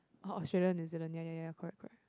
or Australia New Zealand ya ya ya correct correct